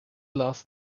last